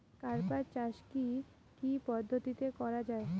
কার্পাস চাষ কী কী পদ্ধতিতে করা য়ায়?